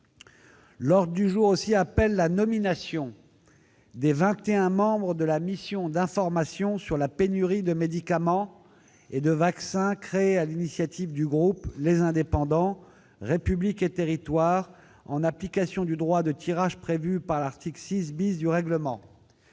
L'ordre du jour appelle la nomination des vingt et un membres de la mission d'information sur la pénurie de médicaments et de vaccins, créée sur l'initiative du groupe Les Indépendants-République et Territoires en application du droit de tirage prévu par l'article 6 du règlement.